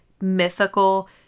mythical